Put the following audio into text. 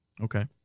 Okay